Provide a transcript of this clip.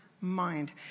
mind